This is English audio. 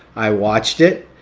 i watched it,